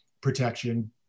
protection